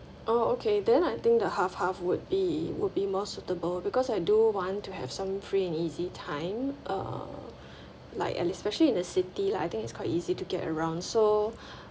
oh okay then I think the half half would be would be more suitable because I do want to have some free and easy time uh like a especially in the city lah I think it's quite easy to get around so